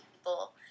people